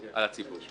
על הציבור.